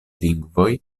lingvoj